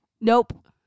Nope